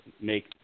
make